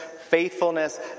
faithfulness